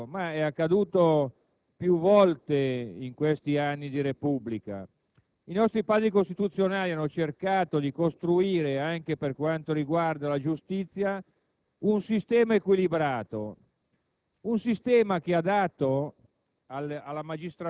in un'Aula parlamentare. Perché accade questo? È successo più volte in questi anni di Repubblica. I nostri Padri costituzionali hanno cercato di costruire, anche per quanto riguarda la giustizia, un sistema equilibrato,